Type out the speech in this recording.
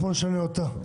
אז בואו נשנה אותה.